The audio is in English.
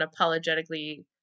unapologetically